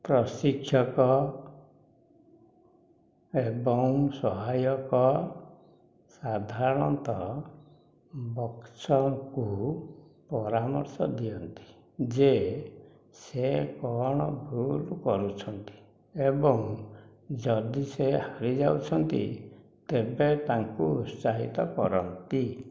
ପ୍ରଶିକ୍ଷକ ଏବଂ ସହାୟକ ସାଧାରଣତଃ ବକ୍ସର୍ଙ୍କୁ ପରାମର୍ଶ ଦିଅନ୍ତି ଯେ ସେ କ'ଣ କହୁଛନ୍ତି ଏବଂ ଯଦି ସେ ହାରିଯାଉଛନ୍ତି ତେବେ ତାଙ୍କୁ ଉତ୍ସାହିତ କରନ୍ତି